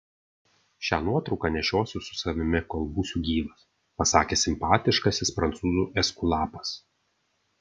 šią nuotrauką nešiosiu su savimi kol būsiu gyvas pasakė simpatiškasis prancūzų eskulapas